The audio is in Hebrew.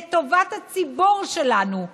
לטובת הציבור שלנו,